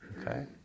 okay